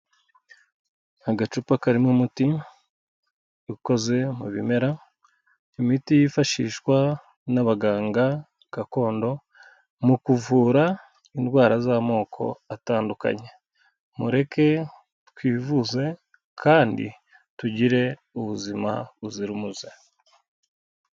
Agacupa karimo umuti ukoze mu bimera, imiti yifashishwa n'abaganga gakondo mu kuvura indwara z'amoko atandukanye. Mureke twivuze kandi tugire ubuzima buzira umuze!